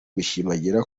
bishimangira